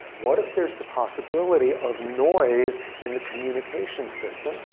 what if there's the possibility of noise in the communication system.